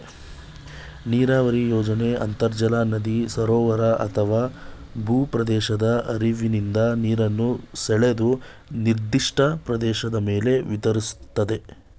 ನೀರಾವರಿ ಯೋಜನೆ ಅಂತರ್ಜಲ ನದಿ ಸರೋವರ ಅಥವಾ ಭೂಪ್ರದೇಶದ ಹರಿವಿನಿಂದ ನೀರನ್ನು ಸೆಳೆದು ನಿರ್ದಿಷ್ಟ ಪ್ರದೇಶದ ಮೇಲೆ ವಿತರಿಸ್ತದೆ